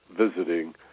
visiting